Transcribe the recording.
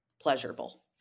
pleasurable